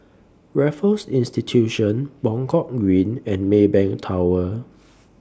Raffles Institution Buangkok Green and Maybank Tower